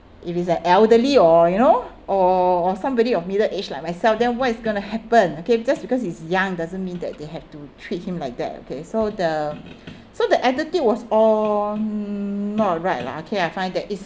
if it's an elderly or you know or somebody of middle age like myself then what is going to happen okay just because he's young doesn't mean that they had to treat him like that okay so the so the attitude was all not right lah okay I find that it's